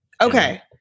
Okay